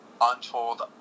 untold